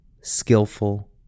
skillful